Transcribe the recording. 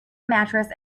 mattress